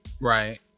Right